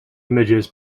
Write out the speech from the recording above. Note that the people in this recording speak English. images